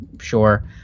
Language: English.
sure